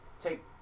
take